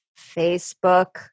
Facebook